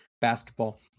basketball